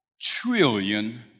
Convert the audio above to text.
trillion